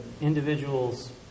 individual's